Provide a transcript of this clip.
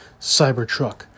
Cybertruck